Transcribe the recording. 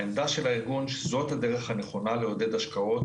העמדה של הארגון היא שזאת הדרך הנכונה לעודד השקעות,